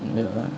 wait ah